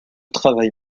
travail